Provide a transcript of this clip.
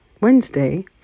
Wednesday